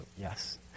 yes